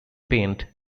paint